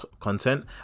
content